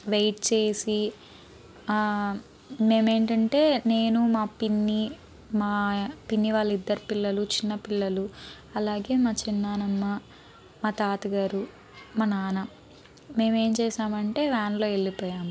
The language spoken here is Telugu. వెయిట్ చేసి మేమేంటంటే నేను మా పిన్ని మా పిన్ని వాళ్ళ ఇద్దరు పిల్లలు చిన్న పిల్లలు అలాగే మా చిన్నానమ్మ మా తాత గారు మా నాన్న మేమేం చేశామంటే వ్యాన్లో ఎళ్ళిపోయాం